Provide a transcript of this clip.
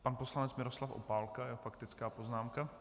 Pan poslanec Miroslav Opálka, faktická poznámka.